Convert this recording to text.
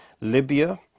Libya